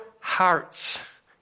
hearts